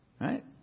right